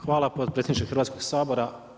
Hvala potpredsjedniče Hrvatskog sabora.